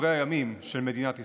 בדברי הימים של מדינת ישראל,